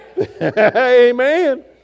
Amen